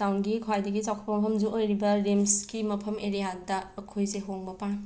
ꯇꯥꯎꯟꯒꯤ ꯈ꯭ꯋꯥꯏꯗꯒꯤ ꯆꯥꯎꯈꯠꯄ ꯃꯐꯝꯁꯨ ꯑꯣꯏꯔꯤꯕ ꯔꯤꯝꯁꯀꯤ ꯃꯐꯝ ꯑꯦꯔꯤꯌꯥꯗ ꯑꯩꯈꯣꯏꯁꯦ ꯍꯣꯡꯕ ꯄꯥꯝꯃꯤ